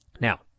Now